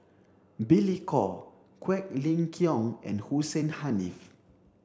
Billy Koh Quek Ling Kiong and Hussein Haniff